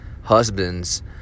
husband's